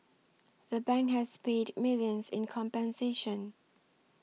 the bank has paid millions in compensation